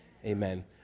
Amen